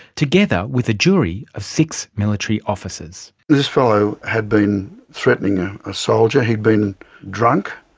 together with a jury of six military officers. this fellow had been threatening ah a soldier, he'd been drunk,